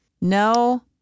no